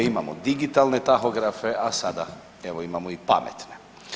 Imamo digitalne tahografe, a sada evo imamo i pametne.